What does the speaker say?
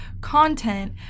content